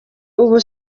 ubu